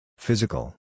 Physical